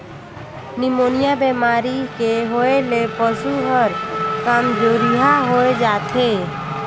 pneumonia बेमारी के होय ले पसु हर कामजोरिहा होय जाथे